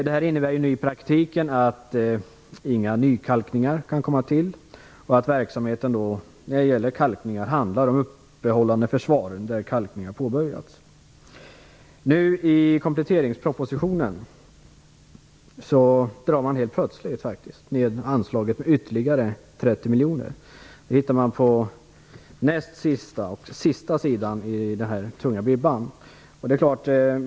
Det innebär i praktiken att inga nykalkningar kan göras och att verksamheten när det gäller kalkning handlar om uppehållande försvar där kalkning har påbörjats. I kompletteringspropositionen drar man helt plötsligt ned anslaget med ytterligare 30 miljoner. Det nämns på näst sista och sista sidan i den tunga bibban.